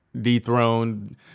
dethroned